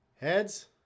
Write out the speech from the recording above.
heads